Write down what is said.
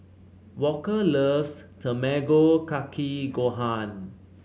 Walker loves Tamago Kake Gohan